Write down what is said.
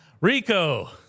rico